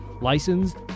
licensed